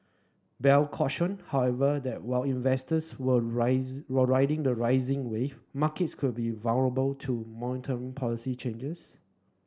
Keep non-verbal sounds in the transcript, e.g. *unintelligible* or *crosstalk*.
bell cautioned however that while investors were *unintelligible* were riding the rising wave markets could be vulnerable to monetary policy changes